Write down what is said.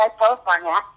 California